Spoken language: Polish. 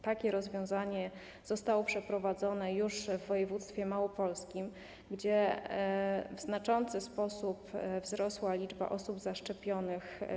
Takie rozwiązanie zostało przeprowadzone już w województwie małopolskim, gdzie w znaczący sposób wzrosła liczba osób zaszczepionych.